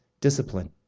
discipline